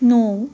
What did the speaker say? ਨੂੰ